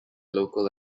local